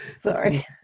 Sorry